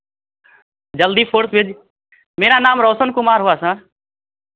जल्दी फोर भेज मेरा नाम रोशन कुमार हुआ सर